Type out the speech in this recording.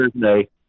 Thursday